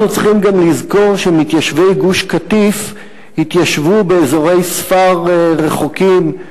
אנחנו צריכים גם לזכור שמתיישבי גוש-קטיף התיישבו באזורי ספר רחוקים,